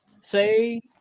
Say